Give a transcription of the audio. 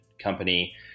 company